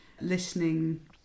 listening